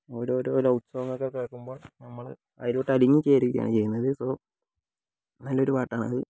ഓരോരോ love song ഒക്കെ കേൾക്കുമ്പോൾ നമ്മൾ അതിലോട്ട് അലിഞ്ഞു ചേരുകയാണ് ചെയ്യുന്നത് സോ നല്ലൊരു പാട്ടാണത്